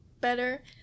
better